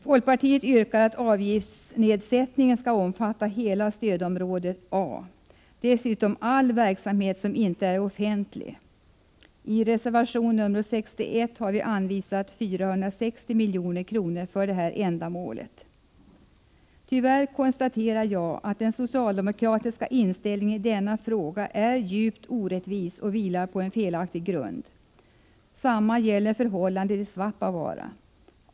Folkpartiet yrkar att avgiftsnedsättningen skall omfatta hela stödområde A och dessutom all verksamhet som inte är offentlig. I reservation 61 har vi föreslagit att 460 milj.kr. skall anvisas för detta ändamål. Tyvärr konstaterar jag att den socialdemokratiska inställningen i denna fråga är djupt orättvis och vilar på en felaktig grund. Samma gäller förhållandet i Svappavaara.